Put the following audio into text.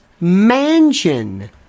mansion